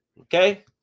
Okay